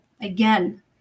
again